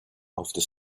after